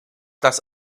das